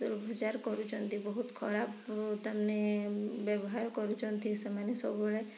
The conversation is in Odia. ଦୂରପଚାର କରୁଛନ୍ତି ବହୁତ ଖରାପ ତାମାନେ ବ୍ୟବହାର କରୁଛନ୍ତି ସେମାନେ ସବୁବେଳେ